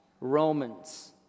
Romans